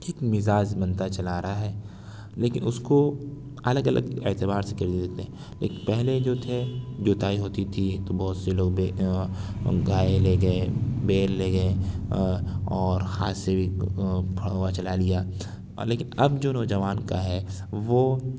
ایک مزاج بنتا چلا آ رہا ہے لیکن اس کو الگ الگ اعتبار سے دیتے ہیں لیکن پہلے جو تھے جوتائی ہوتی تھی تو بہت سے لوگ گائے لے گیے بیل لے گیے اور ہاتھ سے بھی پھڑوا چلا لیا لیکن اب جو نوجوان کا ہے وہ